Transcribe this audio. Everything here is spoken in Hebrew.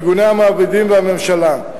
ארגוני המעבידים ומהממשלה.